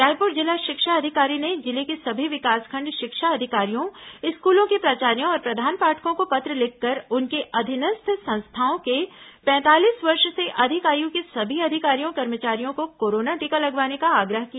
रायपुर जिला शिक्षा अधिकारी ने जिले के सभी विकासखंड शिक्षा अधिकारियों स्कूलों के प्राचार्यों और प्रधानपाठकों को पत्र लिखकर उनके अधीनस्थ संस्थाओं के पैंतालीस वर्ष े से अधिक आयु के सभी अधिकारियों कर्मचारियों को कोरोना टीका लगवाने का आग्रह किया